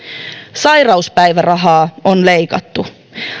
sairauspäivärahaa on leikattu